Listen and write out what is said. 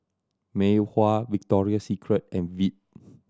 Mei Hua Victoria Secret and Veet